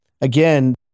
again